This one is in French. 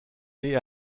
née